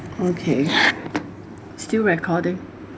okay still recording